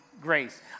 grace